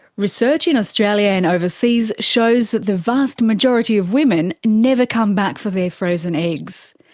research in australia and overseas shows that the vast majority of women never come back for their frozen eggs.